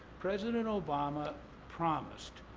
president obama promised.